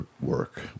work